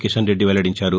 కీషన్ రెడ్డి వెల్లడించారు